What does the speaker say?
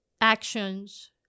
actions